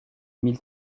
mille